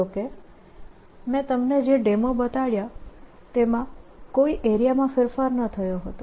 જો કે મેં તમને જે ડેમો બતાડ્યા તેમાં કોઈ એરિયામાં ફેરફાર થયો ન હતો